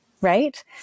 right